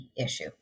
issue